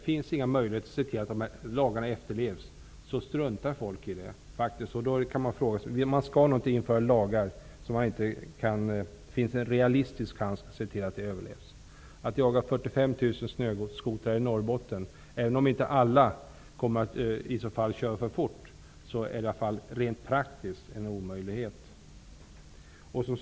Finns det ingen möjlighet att se till att dessa lagar efterlevs, struntar människor i dem. Man skall nog inte införa lagar vars efterlevnad det inte finns en realistisk chans att kontrollera. Att övervaka 45 000 snöskotrar i Norrbotten är rent praktiskt en omöjlighet, även om inte alla kommer att köras för fort.